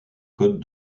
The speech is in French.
codes